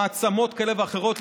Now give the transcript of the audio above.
שמעצמות כאלה ואחרות,